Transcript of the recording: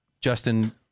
Justin